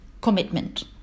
commitment